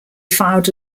filed